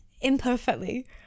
Imperfectly